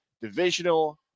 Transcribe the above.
divisional